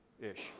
ish